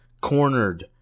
cornered